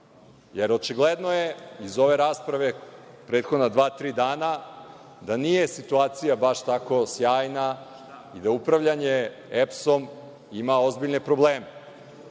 Očigledno je iz ove rasprave prethodna dva, tri dana da nije situacija baš tako sjajna i da upravljanje EPS-om ima ozbiljne probleme. Slušali